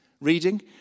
reading